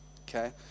okay